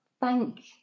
thank